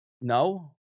No